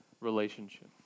relationship